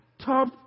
top